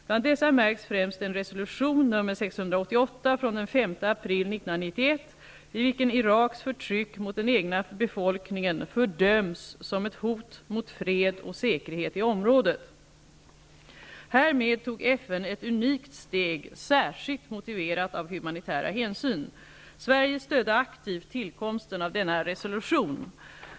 Bland dessa märks främst den resolution, nr 688, från den 5 april 1991, i vilken Iraks förtryck mot den egna befolkningen fördöms som ett hot mot fred och säkerhet i området. Härmed tog FN ett unikt steg, särskilt motiverat av humanitära hänsyn. Sverige stödde aktivt tillkomsten av denna resolution.